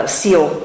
seal